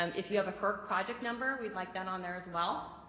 um if you have a ferc project number, we'd like that on there as well.